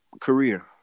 career